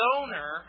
owner